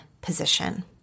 position